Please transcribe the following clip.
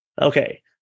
Okay